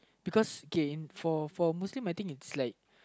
because okay for for Muslims I think it's like